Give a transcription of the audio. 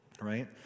right